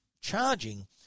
charging